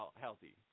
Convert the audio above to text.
healthy